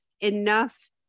enough